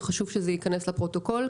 וחשוב שייכנס לפרוטוקול,